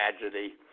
tragedy